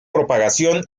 propagación